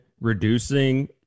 reducing